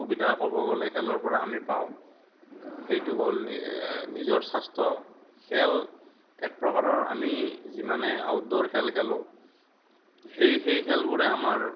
সুবিধা ক'ব গ'লে খেলৰ পৰা আমি পাওঁ সেইটো হ'ল নিজৰ স্বাস্থ্য খেল এক প্ৰকাৰৰ আমি যিমানে আউটডৰ খেল খেলোঁ সেই সেই খেলবোৰে আমাৰ